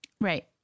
Right